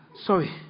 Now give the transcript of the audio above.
sorry